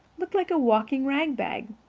looked like a walking rag-bag.